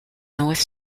north